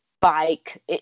bike